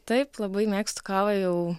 taip labai mėgstu kavą jau